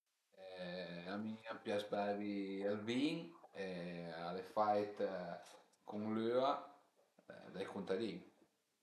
A mi an pias beivi ël vin, al e fait cun l'üa dai cuntadin